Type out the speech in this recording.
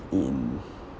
in